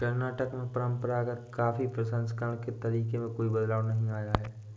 कर्नाटक में परंपरागत कॉफी प्रसंस्करण के तरीके में कोई बदलाव नहीं आया है